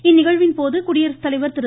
இந்நிகழ்வின் போது குடியரசுத்தலைவர் திரு